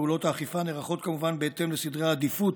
פעולות האכיפה נערכות כמובן בהתאם לסדרי העדיפות